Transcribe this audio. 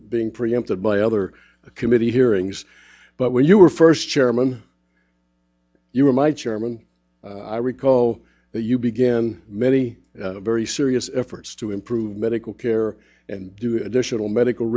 being preempted by other committee hearings but when you were first chairman you were my chairman i recall that you began many very serious efforts to improve medical care and do additional medical